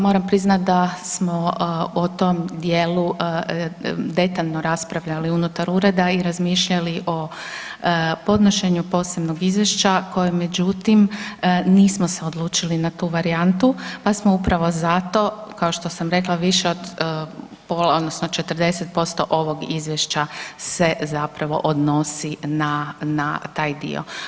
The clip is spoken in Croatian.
Moram priznat da smo o tom dijelu detaljno raspravljali unutar ureda i razmišljali o podnošenju posebnog izvješća koje međutim nismo se odlučili na tu varijantu pa smo upravo zato, kao što sam rekla više od 40% ovog izvješća se odnosi na taj dio.